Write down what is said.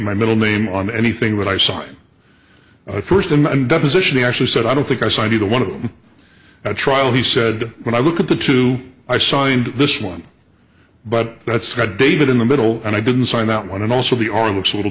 my middle name on anything but i saw it first and deposition he actually said i don't think i signed either one of them at trial he said when i look at the two i signed this one but that's got dated in the middle and i didn't sign that one and also they are looks a little